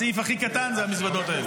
הסעיף הכי קטן הוא המזוודות האלה,